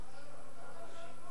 המסחר והתעסוקה,